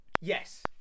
yes